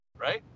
right